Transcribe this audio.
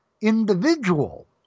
individual